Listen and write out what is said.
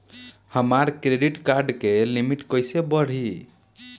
हमार credit card के limit कइसे बढ़ी?